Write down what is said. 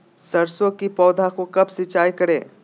सरसों की पौधा को कब सिंचाई करे?